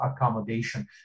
accommodation